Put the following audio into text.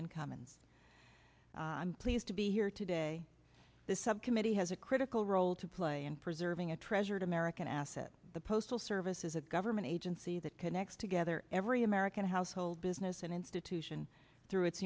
commons i'm pleased to be here today the subcommittee has a critical role to play in preserving a treasured american asset the postal service is a government agency that connects together every american household business and institution through it